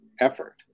effort